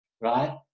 right